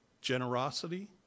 generosity